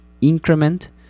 increment